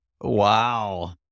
Wow